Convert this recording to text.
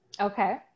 Okay